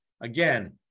again